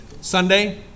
Sunday